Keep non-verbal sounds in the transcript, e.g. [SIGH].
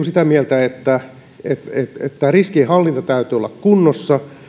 [UNINTELLIGIBLE] sitä mieltä että tämän riskien hallinnan täytyy olla kunnossa